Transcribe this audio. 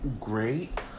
great